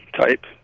type